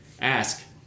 ask